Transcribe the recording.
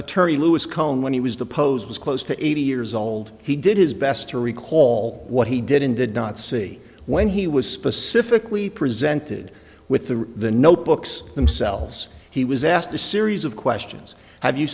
attorney louis koen when he was deposed was close to eighty years old he did his best to recall what he did and did not see when he was specifically presented with the the notebooks themselves he was asked a series of questions have you